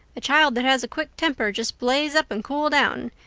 a child that has a quick temper, just blaze up and cool down,